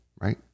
right